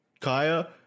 Kaya